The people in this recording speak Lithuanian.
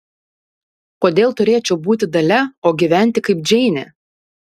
kodėl turėčiau būti dalia o gyventi kaip džeinė